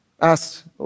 asked